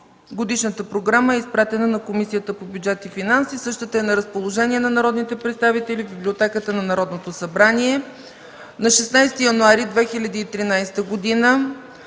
Годишната програма е изпратена на Комисията по бюджет и финанси. Същата е на разположение на народните представители в Библиотеката на Народното събрание. На 16 януари 2013 г.